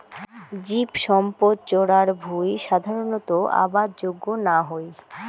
জীবসম্পদ চরার ভুঁই সাধারণত আবাদ যোগ্য না হই